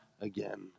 again